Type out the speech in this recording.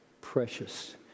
precious